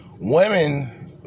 Women